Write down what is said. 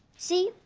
see,